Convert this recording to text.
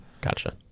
Gotcha